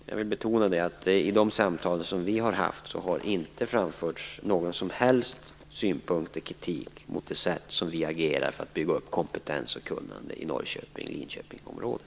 Jag vill betona att det i de samtal som vi har haft inte har framförts någon som helst synpunkt eller kritik mot vårt sätt att agera för att bygga upp kompetens och kunnande i Norrköpings och Linköpingsområdet.